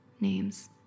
names